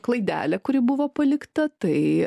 klaidelė kuri buvo palikta tai